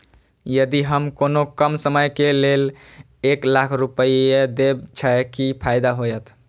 यदि हम कोनो कम समय के लेल एक लाख रुपए देब छै कि फायदा होयत?